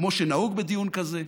כמו שנהוג בדיון כזה,